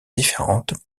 différente